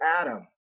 Adam